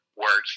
words